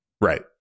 Right